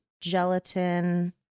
gelatin